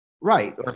Right